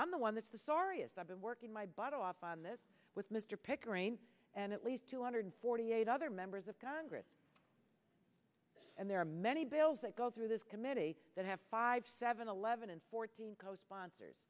on the one that's the sorriest i've been working my butt off on this with mr pickering and at least two hundred forty eight other members of congress and there are many bills that go through this committee that have five seven eleven and fourteen co sponsors